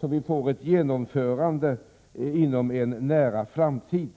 så att genomförandet sker inom en nära framtid.